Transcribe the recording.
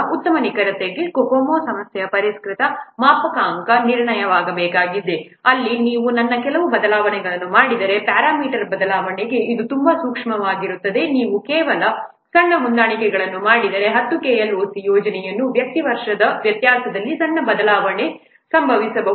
ಉತ್ತಮ ನಿಖರತೆಗಾಗಿ COCOMO ಸಂಸ್ಥೆಯ ಪರಿಸರಕ್ಕೆ ಮಾಪನಾಂಕ ನಿರ್ಣಯಿಸಬೇಕಾಗಿದೆ ಅಲ್ಲಿ ನೀವು ನನ್ನ ಕೆಲವು ಬದಲಾವಣೆಗಳನ್ನು ಮಾಡಿದರೆ ಪ್ಯಾರಾಮೀಟರ್ ಬದಲಾವಣೆಗೆ ಇದು ತುಂಬಾ ಸೂಕ್ಷ್ಮವಾಗಿರುತ್ತದೆ ನೀವು ಕೇವಲ ಸಣ್ಣ ಹೊಂದಾಣಿಕೆಗಳನ್ನು ಮಾಡಿದರೆ10 KLOC ಯೋಜನೆಯಲ್ಲಿ ವ್ಯಕ್ತಿ ವರ್ಷದ ವ್ಯತ್ಯಾಸದಲ್ಲಿ ಸಣ್ಣ ಬದಲಾವಣೆಗಳು ಸಂಭವಿಸಬಹುದು